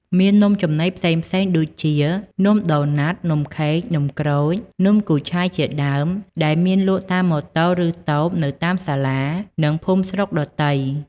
មាននំចំណីផ្សេងៗដូចជានំដូណាត់ នំខេក នំក្រូច នំគូឆាយជាដើម ដែលមានលក់តាមម៉ូតូឫតូបនៅតាមសាលានិងភូមិស្រុកដទៃ។